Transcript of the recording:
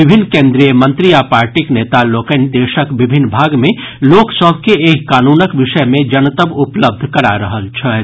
विभिन्न केन्द्रीय मंत्री आ पार्टीक नेता लोकनि देशक विभिन्न भाग मे लोकसभ के एहि कानूनक विषय मे जनतब उपलब्ध करा रहल छथि